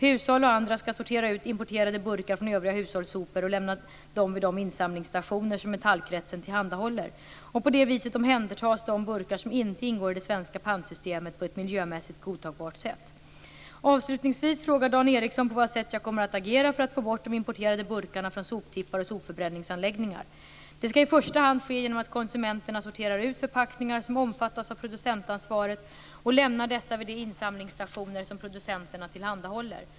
Hushåll och andra skall sortera ut importerade burkar från övriga hushållssopor och lämna dem vid de insamlingsstationer som Metallkretsen tillhandahåller. På det viset omhändertas de burkar som inte ingår i det svenska pantsystemet på ett miljömässigt godtagbart sätt. Avslutningsvis frågar Dan Ericsson på vad sätt jag kommer att agera för att få bort de importerade burkarna från soptippar och sopförbränningsanläggningar. Detta skall i första hand ske genom att konsumenterna sorterar ut förpackningar som omfattas av producentansvaret och lämnar dessa vid de insamlingsstationer som producenterna tillhandahåller.